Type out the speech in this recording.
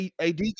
AD